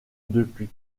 depuis